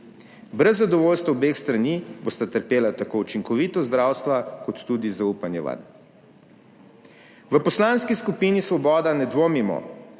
Brez zadovoljstva obeh strani bosta trpela tako učinkovitost zdravstva, kot tudi zaupanje vanj. V Poslanski skupini Svoboda ne dvomimo,